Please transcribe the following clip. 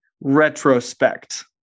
retrospect